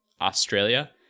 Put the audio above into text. Australia